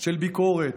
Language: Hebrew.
של ביקורת